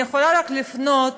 אני יכולה רק לפנות